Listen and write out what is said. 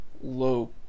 low